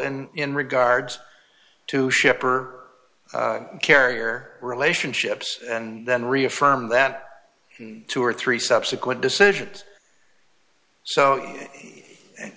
and in regards to shipper or carrier relationships and then reaffirm that two or three subsequent decisions so